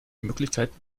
möglichkeiten